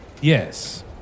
Yes